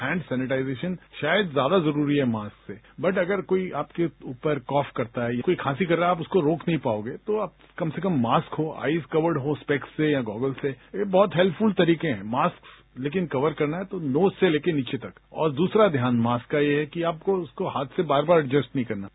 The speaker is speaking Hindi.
हैंथ सैजिटाइजेशन शायद ज्यादा जरूरी है मास्क से बट अगर आपके ऊपर कफ करता है या कोई खासी कर रहा है आप उसको रोक नहीं पाओगे तो आप कम से कम मास्क हो आईज कवर्ड हो स्पेक्स से या गोगल से ये बहत हेल्प फूल तरीके हैं मास्क लेकिन कवर करना है तो नोज से लेकर नीचे तक और दूसरा ध्यान मास्क का ये है कि आपको हाथ से बार बार एर्जेस्ट नहीं करना है